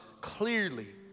clearly